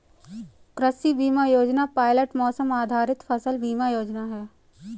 कृषि बीमा योजना पायलट मौसम आधारित फसल बीमा योजना है